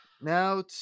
now